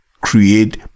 create